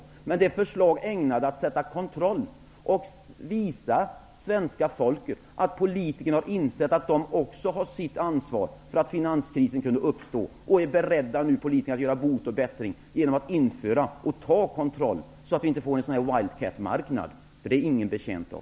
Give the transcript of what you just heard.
Däremot är det förslag ägnade att åstadkomma någon kontroll och visa svenska folket att politikerna har insett att de har ett ansvar för att finanskrisen kunde uppstå och nu är beredda att göra bot och bättring genom att införa kontroll och ta kontroll, så att vi inte får en wildcatmarknad. Det är ingen betjänt av.